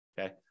okay